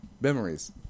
memories